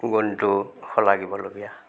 গুণটো শলাগিবলগীয়া